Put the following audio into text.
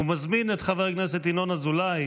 ומזמין את חבר הכנסת ינון אזולאי